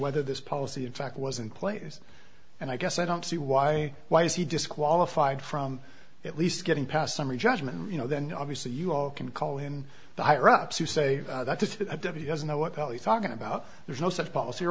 whether this policy in fact was in place and i guess i don't see why why is he disqualified from at least getting past summary judgment you know then obviously you can call in the higher ups who say that just doesn't know what he's talking about there's no such policy or